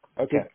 Okay